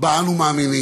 שבה אנו מאמינים